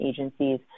agencies